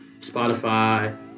Spotify